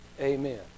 Amen